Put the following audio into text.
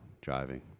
driving